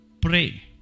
Pray